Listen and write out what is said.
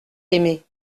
aimé